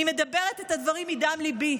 אני אומרת את הדברים מדם ליבי,